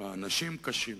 האנשים קשים.